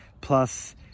plus